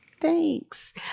Thanks